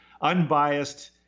unbiased